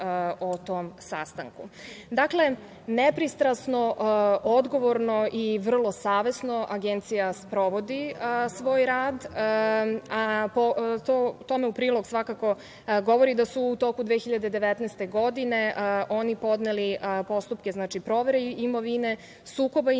nepristrasno, odgovorno i vrlo savesno Agencija sprovodi svoj rad, a tome u prilog svakako govori da su u toku 2019. godine oni podneli postupke provere imovine, sukoba interesa